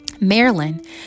maryland